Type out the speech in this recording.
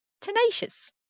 tenacious